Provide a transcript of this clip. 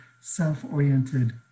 self-oriented